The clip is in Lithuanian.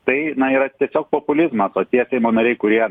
tai na yra tiesiog populizmas o tie seimo nariai kurie